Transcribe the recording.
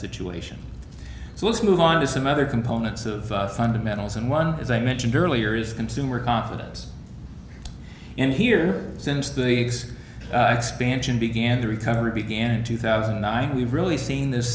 situation so let's move on to some other components of fundamentals and one as i mentioned earlier is consumer confidence in here since the exe expansion began to recover began in two thousand and nine we've really seen this